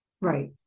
Right